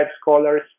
scholars